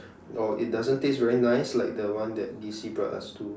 or it doesn't taste very nice like the one that Lacey brought us to